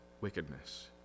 wickedness